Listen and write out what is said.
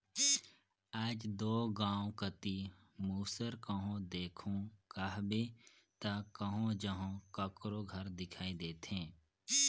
आएज दो गाँव कती मूसर कहो देखहू कहबे ता कहो जहो काकरो घर दिखई देथे